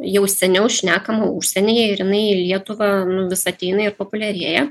jau seniau šnekama užsienyje ir jinai į lietuvą nu vis ateina ir populiarėja